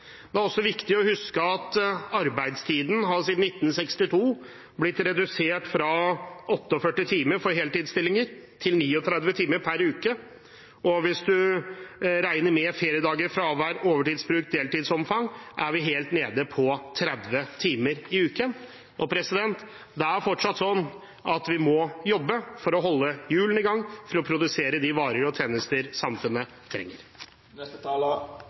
Det er også viktig å huske at siden 1962 har arbeidstiden blitt redusert fra 48 timer per uke for heltidsstillinger til 39 timer per uke. Hvis man regner med feriedager, fravær, overtidsbruk og deltidsomfang, er vi helt nede på 30 timer i uken. Det er fortsatt sånn at vi må jobbe for å holde hjulene i gang, for å produsere de varer og tjenester samfunnet